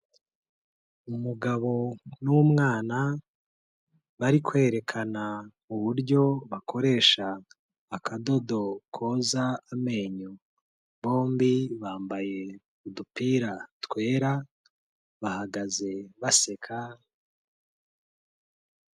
Umugabo n'umwana bari kwerekana uburyo bakoresha akadodo koza amenyo bombi bambaye udupira twera, bahagaze baseka.